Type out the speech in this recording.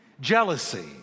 jealousy